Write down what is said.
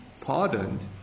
pardoned